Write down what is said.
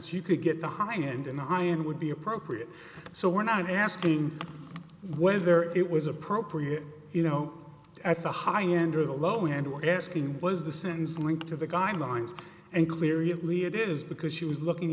you could get the high end and the high end would be appropriate so we're not asking whether it was appropriate you know at the high end or the low end we're asking was the sense linked to the guidelines and clearly it is because she was looking